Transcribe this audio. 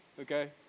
Okay